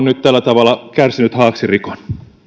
nyt tällä tavalla kärsinyt haaksirikon